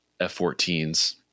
F-14s